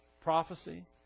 prophecy